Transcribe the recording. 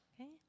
Okay